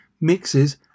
mixes